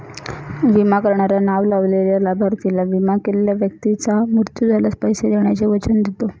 विमा करणारा नाव लावलेल्या लाभार्थीला, विमा केलेल्या व्यक्तीचा मृत्यू झाल्यास, पैसे देण्याचे वचन देतो